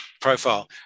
profile